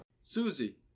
Susie